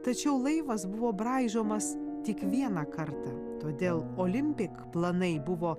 tačiau laivas buvo braižomas tik vieną kartą todėl olimpik planai buvo